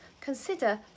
consider